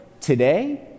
today